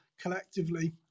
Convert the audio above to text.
collectively